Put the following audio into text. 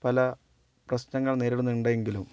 പല പ്രശ്നങ്ങൾ നേരിടുന്നുണ്ടെങ്കിലും